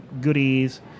goodies